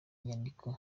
nyandiko